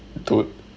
to~